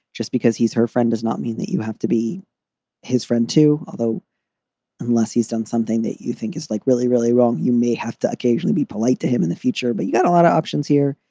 just because he's her friend does not mean that you have to be his friend, too. although unless he's done something that you think is like, really, really wrong, you may have to occasionally be polite to him in the future. but you got a lot of options here.